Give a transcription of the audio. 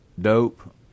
dope